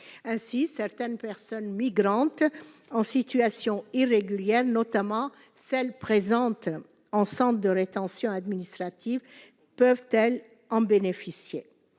ainsi certaines personnes migrantes en situation irrégulière, notamment celles présentes en centre de rétention administrative peuvent-elle en bénéficier,